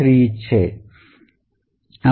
3 છે